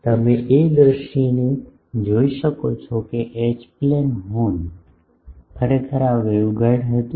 તમે એ દૃશ્યને જોઈ શકો છો કે એચ પ્લેન હોર્ન ખરેખર આ વેવગાઇડ હતું